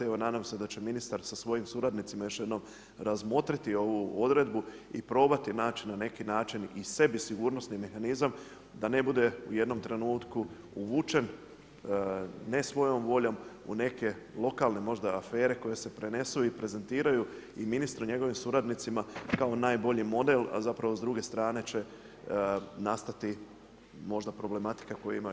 Evo nadam se da će ministar sa svojim suradnicima još jednom razmotriti ovu odredbu i probati naći na neki način i sebi sigurnosni mehanizam da ne bude u jednom trenutku uvučen ne svojom voljom u neke lokalne možda afere koje se prenesu i prezentiraju i ministru i njegovim suradnicima kao najbolji model, a zapravo s druge strane će nastati možda problematika koju imaju.